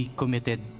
committed